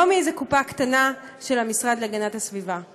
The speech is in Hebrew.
לא מאיזו קופה קטנה של המשרד להגנת הסביבה.